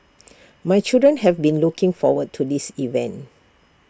my children have been looking forward to this event